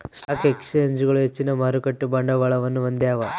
stock ಎಕ್ಸ್ಚೇಂಜ್ಗಳು ಹೆಚ್ಚಿನ ಮಾರುಕಟ್ಟೆ ಬಂಡವಾಳವನ್ನು ಹೊಂದ್ಯಾವ